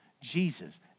Jesus